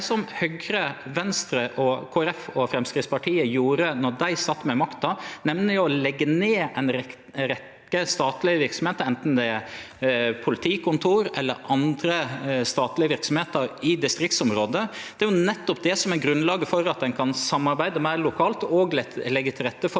det som Høgre, Venstre, Kristeleg Folkeparti og Framstegspartiet gjorde då dei sat med makta, nemleg å leggje ned ei rekkje statlege verksemder, anten det er politikontor eller andre statlege verksemder i distriktsområda. Det er nettopp det som er grunnlaget for at ein kan samarbeide meir lokalt og leggje til rette for